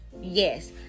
Yes